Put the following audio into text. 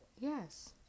Yes